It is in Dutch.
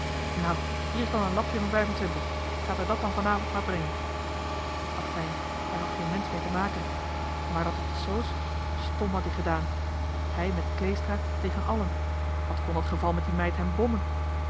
nou hier is dan een lapje van vijf-en-twintig gaat er dat dan vanavond maar brengen affijn daar had geen mensch mee te maken maar dat op de soos stom had ie gedaan hij met kleestra tegen allen wat kon dat geval van die meid hem bommen